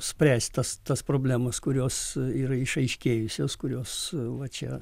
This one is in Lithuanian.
spręst tas tas problemas kurios yra išaiškėjusios kurios va čia